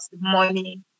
money